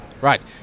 Right